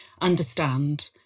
understand